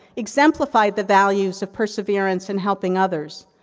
exemplified the values of perseverance and helping others.